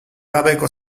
gabeko